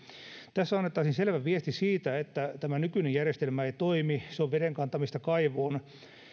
tässä annettaisiin selvä viesti siitä että nykyinen järjestelmä ei toimi se on veden kantamista kaivoon